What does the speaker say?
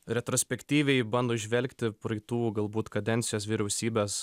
retrospektyviai bando įžvelgti praeitų galbūt kadencijos vyriausybės